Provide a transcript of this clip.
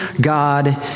God